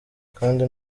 kandi